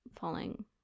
falling